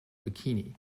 bikini